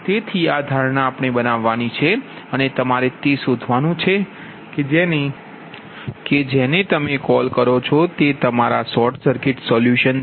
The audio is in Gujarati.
તેથી આ ધારણા આપણે બનાવવાની છે અને તમારે તે શોધવાનું છે કે જેને તમે કોલ કરો છો તે તમારા શોર્ટ સર્કિટ સોલ્યુશન છે